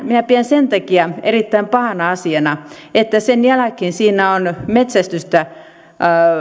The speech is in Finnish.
minä pidän sen takia erittäin pahana asiana että sen jälkeen siinä on metsästystä